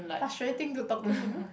frustrating to talk to him